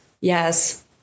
Yes